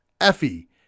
Effie